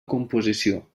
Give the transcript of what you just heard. composició